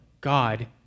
God